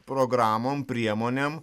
programom priemonėm